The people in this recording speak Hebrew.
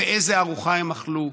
ואיזו ארוחה הם אכלו?